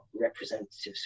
representatives